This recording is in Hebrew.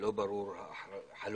שלא ברורה חלוקת